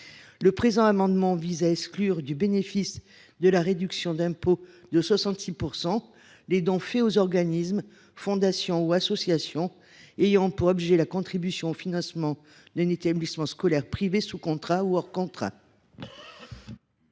Le présent amendement vise à exclure du bénéfice de la réduction d’impôt de 66 % les dons faits aux organismes, fondations ou associations ayant pour objet la contribution au financement d’un établissement scolaire privé sous contrat ou hors contrat.